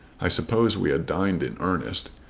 i suppose we had dined in earnest.